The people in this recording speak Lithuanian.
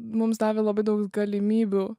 mums davė labai daug galimybių